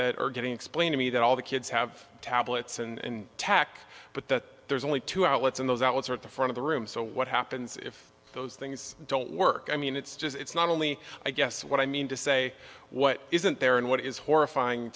that or getting explain to me that all the kids have tablets and tack but that there's only two outlets in those outlets or at the front of the room so what happens if those things don't work i mean it's just it's not only i guess what i mean to say what isn't there and what is horrifying